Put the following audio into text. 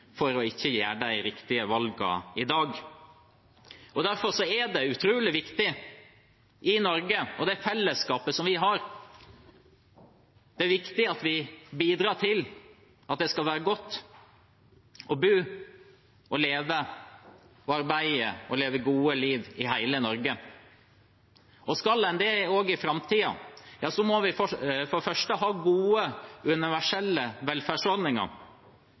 unnskyldning til ikke å ta de riktige valgene i dag. Derfor er det utrolig viktig i Norge og i det fellesskapet som vi har. Det er viktig at vi bidrar til at det skal være godt å bo, leve, arbeide og leve et godt liv i hele Norge. Skal en det også i framtiden, må vi for det første ha gode universelle velferdsordninger.